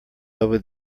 over